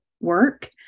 work